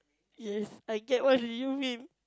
yes I get what do you mean